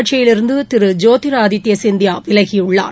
கட்சியிலிருந்து திரு ஜோதிர் ஆதித்ய சிந்தியா விலகியுள்ளார்